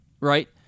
right